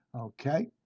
Okay